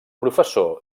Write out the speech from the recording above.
professor